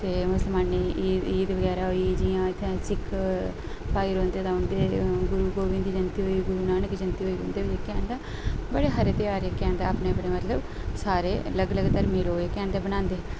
ते मुस्लमानें दी ईद ईद बगैरा होई जि'यां इत्थै सिक्ख भाई रौंह्दे तां उं'दे गुरु गोबिंद जयंती होई गुरू नानक जयंती होई उं'दे बी इत्थै तां बड़़े हारे ध्यार जेह्के हैन ते अपने अपने मतलब सारे अलग अलग धर्में दे लोक जेह्के हैन ते मनांदे